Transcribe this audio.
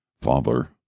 Father